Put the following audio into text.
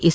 S